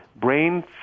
brain